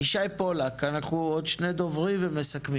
ישי פולק, אנחנו עוד שני דוברים ומסכמים.